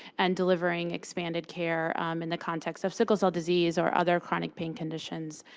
and delivering expanded care in the context of sickle cell disease or other chronic pain conditions.